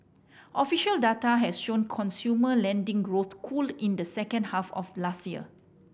official data has shown consumer lending growth cool in the second half of last year